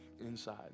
inside